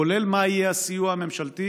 כולל מה יהיה הסיוע הממשלתי,